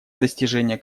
достижения